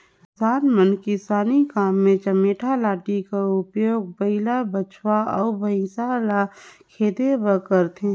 किसान मन किसानी काम मे चमेटा लाठी कर उपियोग बइला, बछवा अउ भइसा ल खेदे बर करथे